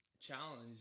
challenge